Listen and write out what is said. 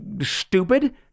stupid